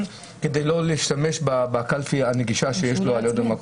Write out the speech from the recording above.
כדי לא להשתמש בקלפי הנגישה שיש על-ידו.